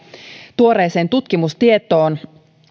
tuoreeseen tutkimustietoon